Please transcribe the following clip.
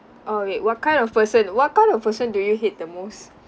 oh wait what kind of person what kind of person do you hate the most